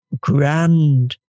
grand